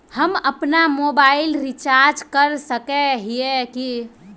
हम अपना mobile recharge कर सकय हिये की?